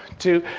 two,